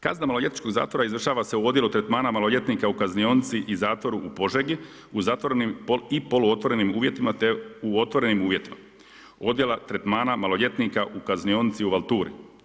Kazna maloljetničkog zatvora izvršava se u Odjelu tretmana maloljetnika u kaznionici i zatvoru u Požegi, u zatvorenim i polu otvorenim uvjetima, te u otvorenim uvjetima Odjela tretmana maloljetnika u kaznionici u Valturi.